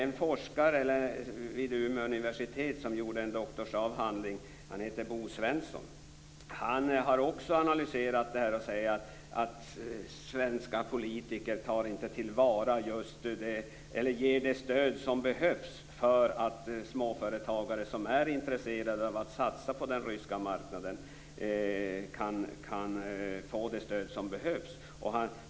En forskare vid Umeå universitet som skrivit en doktorsavhandling, Bo Svensson, har också analyserat det här, och han säger att svenska politiker inte ger det stöd som behövs för att småföretagare som är intresserade av att satsa på den ryska marknaden kan få det stöd som behövs.